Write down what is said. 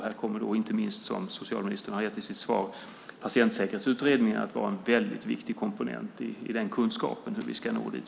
Här kommer inte minst, som socialministern säger i sitt svar, Patientsäkerhetsutredningen att vara en väldigt viktig komponent när det gäller kunskapen om hur vi ska nå dit.